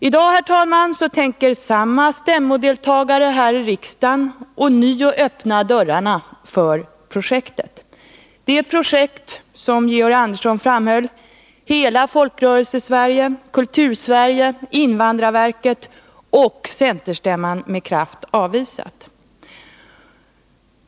I dag, herr talman, tänker samma stämmodeltagare här i riksdagen ånyo öppna dörrarna för projektet, det projekt som — vilket Georg Andersson framhöll — hela Folkrörelsesverige, Kultursverige, invandrarverket och centerstämman med kraft avvisat.